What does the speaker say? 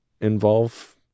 involve